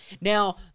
Now